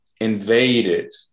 invaded